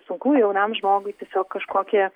sunku jaunam žmogui tiesiog kažkokį